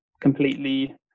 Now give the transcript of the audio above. completely